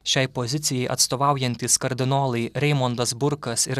šiai pozicijai atstovaujantys kardinolai reimondas burkas ir